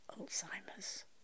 Alzheimer's